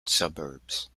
suburbs